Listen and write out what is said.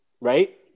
right